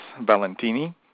Valentini